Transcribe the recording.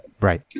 Right